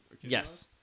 Yes